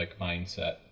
mindset